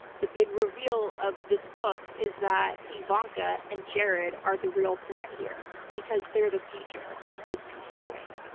the big reveal of this book is that ivanka and jared are the real threat here because they're the future of this continuing.